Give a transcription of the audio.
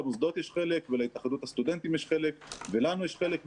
למוסדות יש חלק ולהתאחדות הסטודנטים יש חלק ולנו יש חלק,